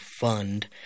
fund